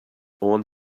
want